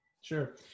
Sure